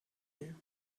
you